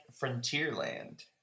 Frontierland